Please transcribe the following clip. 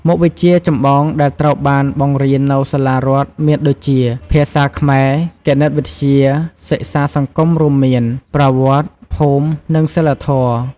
មុខវិជ្ជាចម្បងដែលត្រូវបានបង្រៀននៅសាលារដ្ឋមានដូចជា ភាសាខ្មែរ គណិតវិទ្យា សិក្សាសង្គមរួមមាន ប្រវត្តិ ភូមិ និងសីលធម៌។